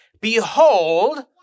Behold